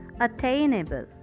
attainable